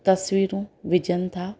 तस्वीरूं विझनि था